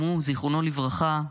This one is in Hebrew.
גם הוא זיכרונו לברכה,